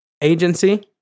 agency